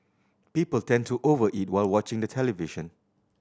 people tend to over eat while watching the television